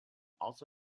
also